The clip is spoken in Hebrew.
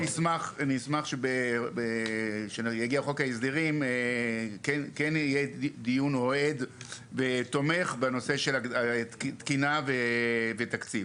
ברור שנשמח שכשיגיע חוק ההסדרים יהיה דיון תומך בנושא של תקינה ותקציב.